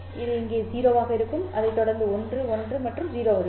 இது இங்கே 0 ஆக இருக்கும் அதைத் தொடர்ந்து 1 1 மற்றும் 0 இருக்கும்